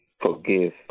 forgive